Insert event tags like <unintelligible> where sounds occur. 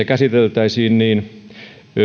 <unintelligible> käsiteltäisiin niin